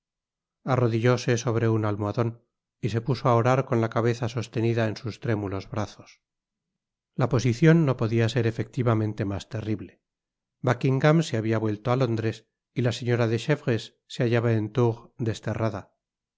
arrodillóse sobre un almohadon y se puso á orar con la cabeza sostenida en sus trémulos brazos la posicion no podia ser efectivamente mas terrible buckingam se habia vuelto á londres y la seflora de chevreuse se hallaba en turs desterrada